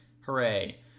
hooray